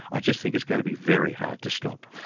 i just think it's going to be very hard to stop.